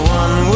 one